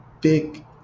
big